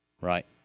right